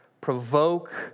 Provoke